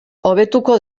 hobetuko